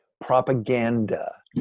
propaganda